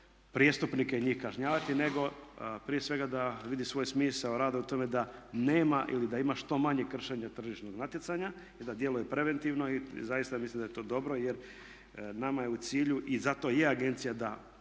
prijestupnike i njih kažnjavati, nego prije svega da vidi svoj smisao rada u tome da nema ili da ima što manje kršenja tržišnog natjecanja i da djeluje preventivno. I zaista ja mislim da je to dobro, jer nama je u cilju i zato i je agencija da